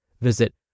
Visit